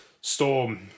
Storm